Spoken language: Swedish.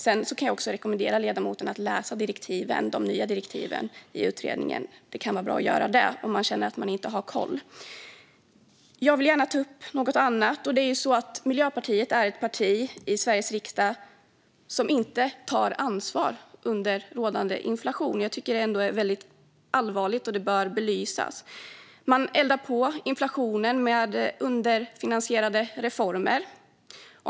Sedan kan jag också rekommendera ledamoten att läsa de nya direktiven i utredningen. Det kan vara bra att göra det om man känner att man inte har koll. Jag vill gärna ta upp något annat. Det är ju så att Miljöpartiet är ett parti i Sveriges riksdag som inte tar ansvar under rådande inflation. Jag tycker att det är väldigt allvarligt och bör belysas. Miljöpartiet eldar på inflationen med underfinansierade reformer.